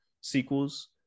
sequels